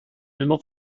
mismo